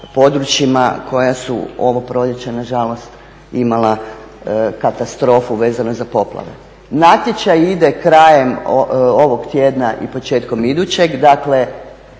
područjima koja su ovo proljeća nažalost imala katastrofu vezano za poplave. Natječaj ide krajem ovog tjedna i početkom idućeg, dakle